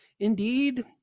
Indeed